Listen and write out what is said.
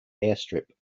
airstrip